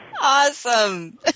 Awesome